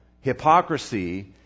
hypocrisy